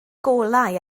golau